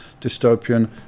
Dystopian